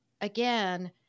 again